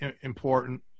important